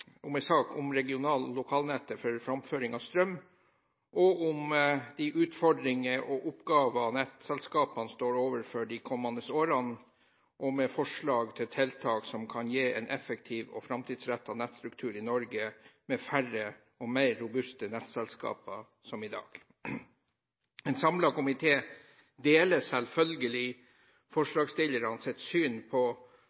om regional- og lokalnettet for framføring av strøm og de utfordringer og oppgaver nettselskapene står overfor de kommende årene, med forslag til tiltak som kan gi en effektiv og framtidsrettet nettstruktur i Norge, med færre og mer robuste nettselskaper enn i dag. En samlet komité deler selvfølgelig